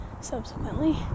subsequently